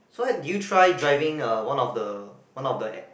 so did you try driving uh one of the one of the